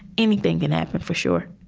anything can happen for sure